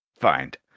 find